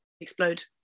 explode